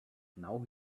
now